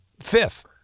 fifth